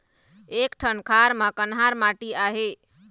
एक ठन खार म कन्हार माटी आहे?